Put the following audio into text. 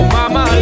mama